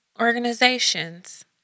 organizations